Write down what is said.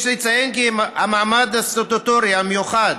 יש לציין כי המעמד הסטטוטורי המיוחד